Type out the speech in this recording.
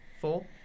Four